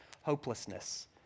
hopelessness